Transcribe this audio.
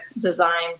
design